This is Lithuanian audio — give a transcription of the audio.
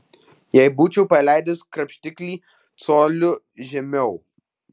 jei būčiau paleidęs krapštiklį coliu žemiau